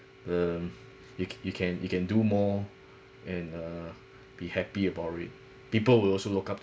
um you can you can you can do more and err be happy about it people will also look up